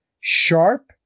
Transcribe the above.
Sharp